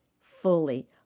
fully